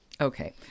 Okay